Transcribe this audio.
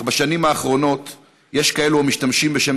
אבל בשנים האחרונות יש כאלה המשתמשים בשם